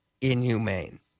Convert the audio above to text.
inhumane